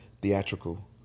theatrical